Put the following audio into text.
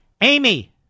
Amy